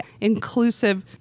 inclusive